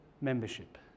membership